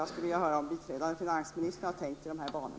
Jag skulle vilja höra om biträdande finansministern har tänkt i dessa banor.